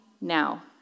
now